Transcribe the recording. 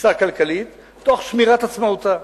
מקריסה כלכלית, תוך שמירת עצמאותה.